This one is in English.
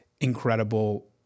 incredible